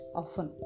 often